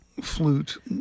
Flute